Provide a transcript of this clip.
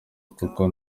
kuko